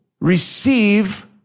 receive